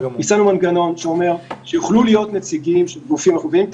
יישמנו מנגנון שאומר שיוכלו להיות נציגים של גופים אחרים,